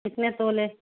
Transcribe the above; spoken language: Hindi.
कितने तोले